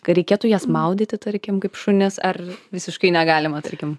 kad reikėtų jas maudyti tarkim kaip šunis ar visiškai negalima tarkim